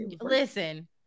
Listen